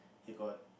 he got